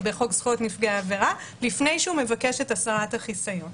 בחוק זכויות נפגעי עבירה לפני שהוא מבקש את הסרת החיסיון.